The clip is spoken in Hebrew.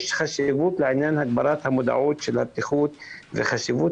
יש חשיבות לעניין הגברת המודעות לבטיחות וחשיבות